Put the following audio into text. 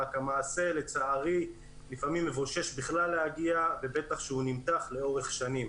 אלא שהמעשה לצערי לפעמים מבושש בכלל להגיע ובטח שהוא נמתח לאור שנים.